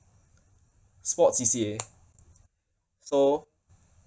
sports C_C_A so